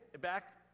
back